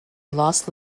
lost